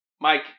Mike